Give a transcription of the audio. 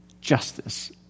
justice